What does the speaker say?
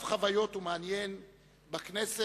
וביקור רב חוויות ומעניין בכנסת,